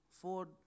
Ford